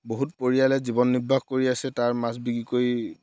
বহুত পৰিয়ালে জীৱন নিৰ্বাহ কৰি আছে তাৰ মাছ বিক্ৰী কৰি